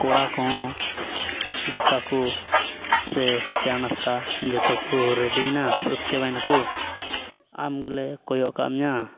ᱠᱚᱲᱟ ᱠᱚᱦᱚᱸ ᱫᱟᱠᱟ ᱠᱚ ᱥᱮ ᱪᱟ ᱱᱟᱥᱛᱟ ᱡᱚᱛᱚ ᱠᱚ ᱨᱮᱰᱤᱭᱱᱟ ᱥᱟᱹᱛ ᱪᱟᱵᱟᱭ ᱱᱟᱠᱚ ᱟᱢ ᱜᱮᱞᱮ ᱠᱚᱭᱚᱜ ᱠᱟᱜ ᱢᱮᱭᱟ